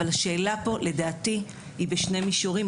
אבל השאלה פה, לדעתי, היא בשני מישורים.